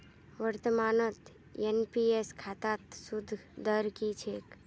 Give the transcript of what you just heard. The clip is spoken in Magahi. वर्तमानत एन.पी.एस खातात सूद दर की छेक